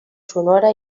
sonora